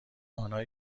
آنهایی